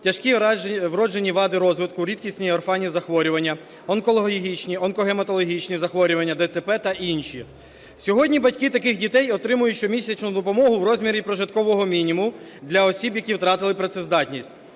тяжкі вроджені вади розвитку, рідкісні орфанні захворювання, онкологічні, онкогематологічні захворювання, ДЦП та інші. Сьогодні батьки таких дітей отримують щомісячну допомогу в розмірі прожиткового мінімуму для осіб, які втратили працездатність.